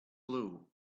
blue